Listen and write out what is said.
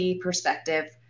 perspective